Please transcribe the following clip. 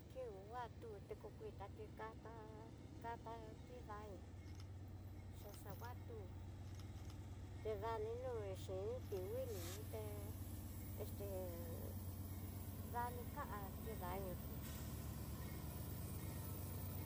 Ke hó ngua tu tiku kuii tá tikatá kata tí daño xaxahuatú nridani no'o xhin iin tiguilo ñuté, dani kanti dañó.